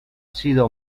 sido